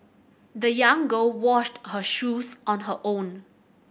the young girl washed her shoes on her own